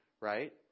Right